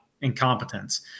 incompetence